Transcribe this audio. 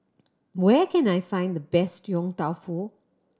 where can I find the best Yong Tau Foo